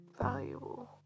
valuable